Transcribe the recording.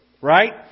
Right